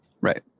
right